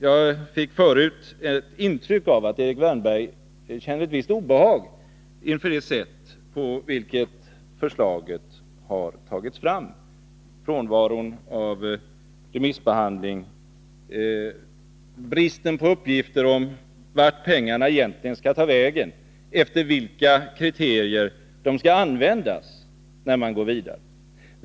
Jag fick förut ett intryck av att Erik Wärnberg kände ett visst obehag inför det sätt på vilket förslaget har tagits fram: frånvaron av remissbehandling, bristen på uppgifter om vart pengarna egentligen skall ta vägen, efter vilka kriterier de skall användas när man går vidare.